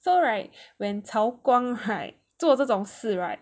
so right when 曹光 right 做这种事 right